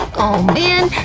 oh man,